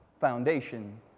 foundation